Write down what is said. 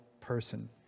person